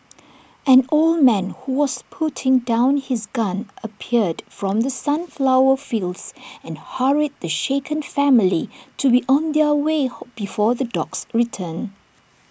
an old man who was putting down his gun appeared from the sunflower fields and hurried the shaken family to be on their way before the dogs return